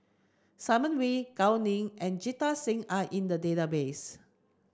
Simon Wee Gao Ning and Jita Singh are in the database